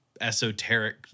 esoteric